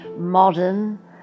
Modern